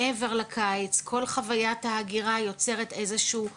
מעבר לקיץ, כל חוויית ההגירה יוצרת איזשהו משבר,